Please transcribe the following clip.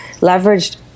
leveraged